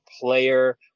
player